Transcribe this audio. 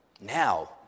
Now